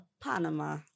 Panama